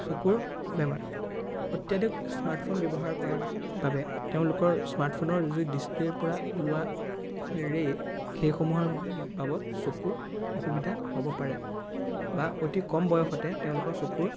চকুৰ বেমাৰ অত্যাধিক স্মাৰ্টফোন কৰাৰ বাবে তেওঁলোকৰ স্মাৰ্টফোনৰ যি ডিস্প্লেৰ পৰা ওলোৱা ৰেই সেই সমূহৰ বাবদ চকুৰ অসুবিধা হ'ব পাৰে বা অতি কম বয়সতে তেওঁলোকৰ চকুৰ